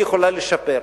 היא יכולה לשפר.